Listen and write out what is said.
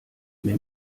mir